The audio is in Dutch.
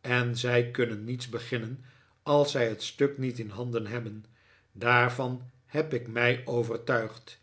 en zij kunnen niets beginnen als zij het stuk niet in handen hebben daarvan heb ik mij overtuigd